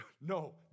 No